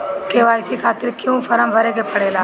KYC खातिर क्यूं form भरे के पड़ेला?